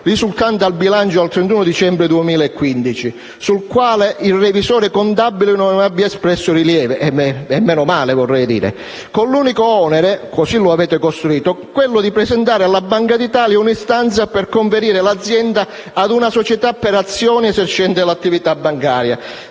risultante dal bilancio al 31 dicembre 2015, sul quale il revisore contabile non abbia espresso rilievi - e meno male, vorrei dire - con l'unico onere - così lo avete costruito - di presentare alla Banca d'Italia un'istanza per conferire l'azienda a una società per azioni esercente attività bancaria